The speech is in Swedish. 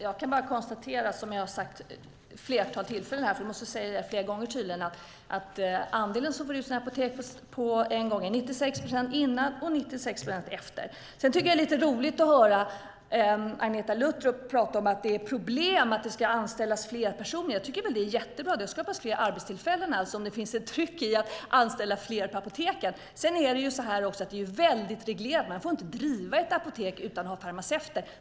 Fru talman! Jag måste tydligen säga detta flera gånger. Andelen som får ut sin medicin på en gång var 96 procent före avregleringen, och den är fortsatt 96 procent efter avregleringen. Det är lite lustigt att höra Agneta Luttropp säga att det är ett problem att det ska anställas fler personer. Jag tycker att det är bra att det skapas fler arbetstillfällen om det finns ett tryck på att anställa fler på apoteken. Sedan är det hela väldigt reglerat. Man får inte driva ett apotek utan att ha farmaceuter.